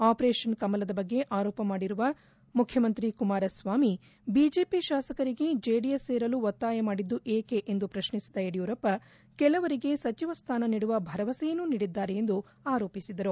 operation ಕಮಲದ ಬಗ್ಗೆ ಆರೋಪ ಮಾಡುವ ಮುಖ್ಯಮಂತ್ರಿ ಕುಮಾರಸ್ವಾಮಿ ಬಿಜೆಪಿ ಶಾಸಕರಿಗೆ ಜೆಡಿಎಸ್ ಸೇರಲು ಒತ್ತಾಯ ಮಾಡಿದ್ದು ಏಕೆ ಎಂದು ಪ್ರಶ್ನಿಸಿದ ಯಡಿಯೂರಪ್ಪ ಕೆಲವರಿಗೆ ಸಚಿವ ಸ್ಥಾನ ನೀಡುವ ಭರವಸೆಯನ್ನು ನೀಡಿದ್ದಾರೆ ಎಂದು ಆರೋಪಿಸಿದರು